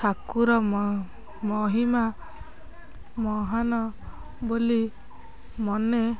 ଠାକୁର ମହିମା ମହାନ୍ ବୋଲି ମନେ